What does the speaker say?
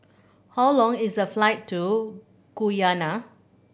how long is the flight to Guyana